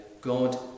God